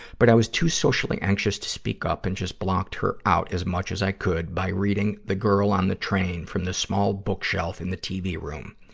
but i was too socially anxious to speak up and just blocked her out as much as i could by reading the girl on the train from the small book shelf in the tv room.